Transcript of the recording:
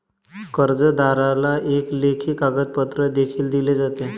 कर्जदाराला एक लेखी कागदपत्र देखील दिले जाते